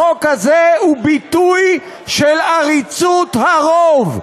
החוק הזה הוא ביטוי של עריצות הרוב.